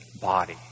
body